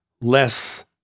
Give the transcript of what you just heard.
less